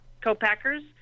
co-packers